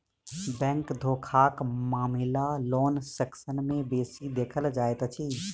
bank धोखाक मामिला loan section मे बेसी देखल जाइत अछि